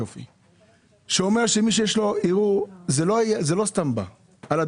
זה לא בא סתם.